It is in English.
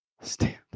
stand